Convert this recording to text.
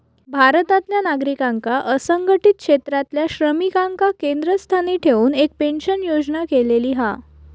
भारतातल्या नागरिकांका असंघटीत क्षेत्रातल्या श्रमिकांका केंद्रस्थानी ठेऊन एक पेंशन योजना केलेली हा